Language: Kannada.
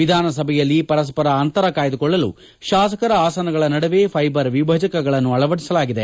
ವಿಧಾನಸಭೆಯಲ್ಲಿ ಪರಸ್ತರ ಅಂತರ ಕಾಯ್ದುಕೊಳ್ಳಲು ಶಾಸಕರ ಆಸನಗಳ ನಡುವೆ ಫೈಬರ್ ವಿಭಜಕಗಳನ್ನು ಅಳವಡಿಸಲಾಗಿದೆ